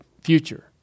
future